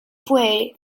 fue